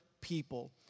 people